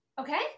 okay